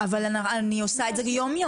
--- אבל אני עושה את זה יום-יום,